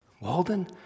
Walden